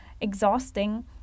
exhausting